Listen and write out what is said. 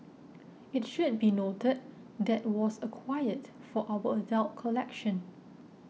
it should be noted that was acquired for our adult collection